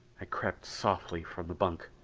i crept softly from the bunk.